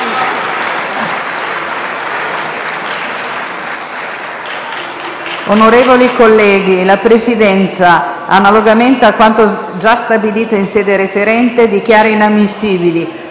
Onorevoli colleghi, la Presidenza, analogamente a quanto già stabilito in sede referente, dichiara inammissibili,